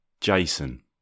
Jason